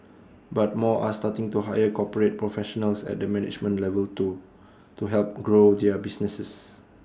but more are starting to hire corporate professionals at the management level too to help grow their businesses